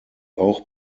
auch